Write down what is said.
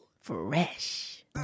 Fresh